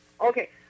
Okay